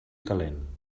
calent